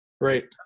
Right